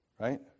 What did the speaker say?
Right